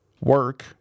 work